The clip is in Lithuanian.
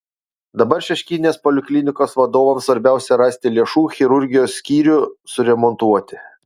dabar šeškinės poliklinikos vadovams svarbiausia rasti lėšų chirurgijos skyrių suremontuoti